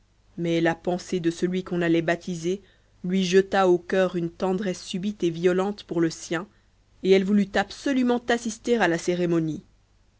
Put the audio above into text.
mais la pensée de celui qu'on allait baptiser lui jeta au coeur une tendresse subite et violente pour le sien et elle voulut absolument assister à la cérémonie